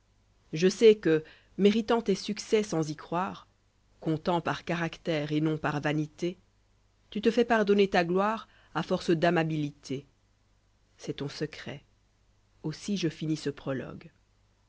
je sais que méritant tes succès sans y croire content par caractère et rion par vanité tu te fais pardonner ta gloire a force d'amabilité c'est ton secret aussi je finis ce prologue